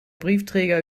briefträger